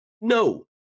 No